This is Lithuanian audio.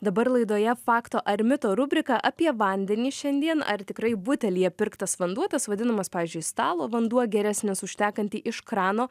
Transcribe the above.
dabar laidoje fakto ar mito rubrika apie vandenį šiandien ar tikrai butelyje pirktas vanduo tas vadinamas pavyzdžiui stalo vanduo geresnis už tekantį iš krano